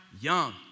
young